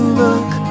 look